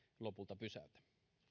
lopulta pysäytä kiitos